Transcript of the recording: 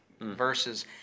versus